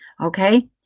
Okay